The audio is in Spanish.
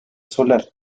solar